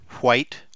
White